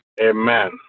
Amen